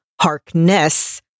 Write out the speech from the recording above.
Harkness